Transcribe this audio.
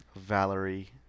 Valerie